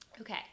Okay